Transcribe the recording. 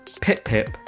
Pip-Pip